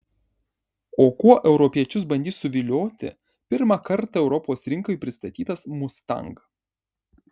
o kuo europiečius bandys suvilioti pirmą kartą europos rinkai pristatytas mustang